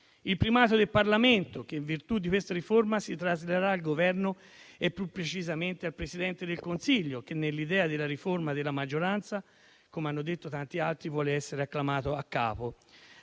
il primato del Parlamento che, in virtù di questa riforma, si traslerà al Governo e più precisamente al Presidente del Consiglio che, nell'idea della riforma della maggioranza, come hanno detto tanti altri, vuole essere acclamato capo.